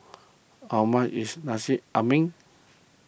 how much is Nasi Ambeng